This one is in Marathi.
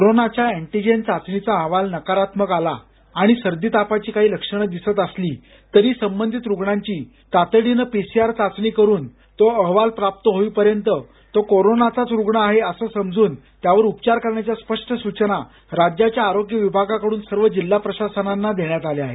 कोरोनाच्या अँटीजेन चाचणीचा अहवाल नकारात्मक आला आणि सर्दी तापाची काही लक्षण दिसतं असली तर संबंधित रुग्णांची तातडीनं पीसीआर चाचणी करुन तो अहवाल प्राप्त होईपर्यंत तो कोरोनाचाच रुग्ण आहे असं समजून त्यावर उपचार करण्याच्या स्पष्ट सूचना राज्याच्या आरोग्य विभागाकडून सर्व जिल्हा प्रशासनांना देण्यात आल्या आहेत